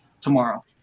tomorrow